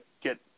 get